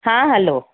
હા હલો